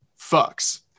fucks